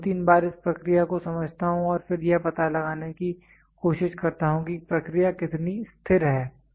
मैं दो तीन बार इस प्रक्रिया को समझता हूं और फिर यह पता लगाने की कोशिश करता हूं कि प्रक्रिया कितनी स्थिर है